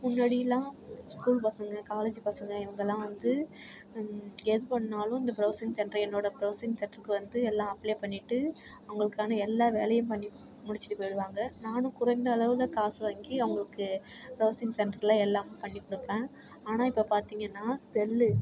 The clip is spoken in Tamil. முன்னடிலாம் ஸ்கூல் பசங்கள் காலேஜ் பசங்கள் இவங்கெல்லாம் வந்து எது பண்ணிணாலும் இந்த ப்ரௌசிங் சென்டர் என்னோட ப்ரௌசிங் சென்ட்ருக்கு வந்து எல்லாம் அப்ளே பண்ணிட்டு அவங்களுக்கான எல்லா வேலையும் பண்ணி முடிச்சுட்டு போயிடுவாங்கள் நானும் குறைந்த அளவவில் காசு வாங்கி அவங்களுக்கு ப்ரௌசிங் சென்டரில் எல்லாமே பண்ணி கொடுப்பேன் ஆனால் இப்போ பார்த்தீங்கன்னா செல்லு